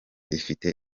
ifite